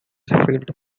filled